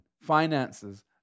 finances